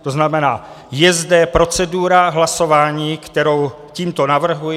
To znamená, je zde procedura hlasování, kterou tímto navrhuji.